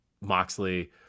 moxley